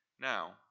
Now